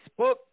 Facebook